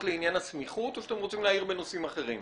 לעניין הסמיכות או שאתם רוצים להעיר בנושאים אחרים?